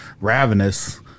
ravenous